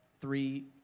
Three